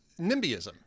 nimbyism